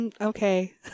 Okay